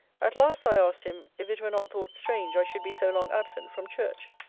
at last, i asked him, if it were not thought strange i should be so long absent from church?